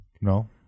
no